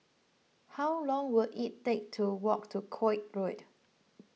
how long will it take to walk to Koek Road